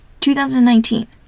2019